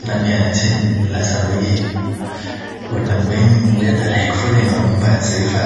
Tena miala tsiny, lasa hoe ohatran'ny hoe m- hoe adalaiko foana ianao momba an'izay fa,